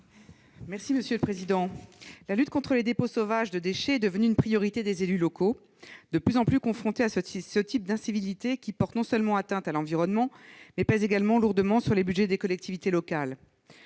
est à Mme Laure Darcos. La lutte contre les dépôts sauvages de déchets est devenue une priorité des élus locaux, de plus en plus confrontés à ce type d'incivilités qui non seulement portent atteinte à l'environnement, mais aussi pèsent lourdement sur les budgets des collectivités locales.